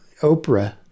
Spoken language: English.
Oprah